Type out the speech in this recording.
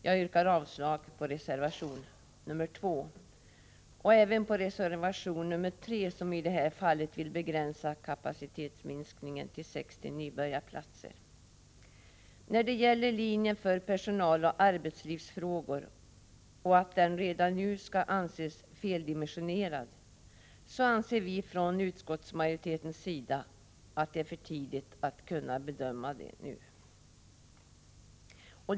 Jag yrkar avslag på reservation nr 2 och även på reservation nr 3, där man i det här fallet vill begränsa kapacitetsminskningen till 60 nybörjarplatser. När det gäller linjen för personaloch arbetslivsfrågor och frågan om den redan nu skall anses feldimensionerad, anser vi från utskottsmajoritetens sida att det är för tidigt att kunna bedöma detta.